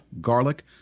garlic